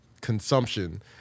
consumption